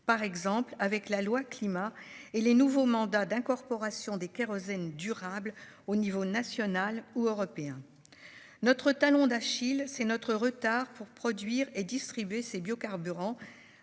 face à ses effets et avec les nouveaux mandats d'incorporation des kérosènes durables au niveau national ou européen. Notre talon d'Achille, c'est notre retard pour produire et distribuer ces biocarburants,